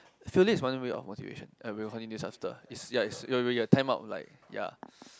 failure is one way of motivation and will continue this after it's ya it's will get time up like ya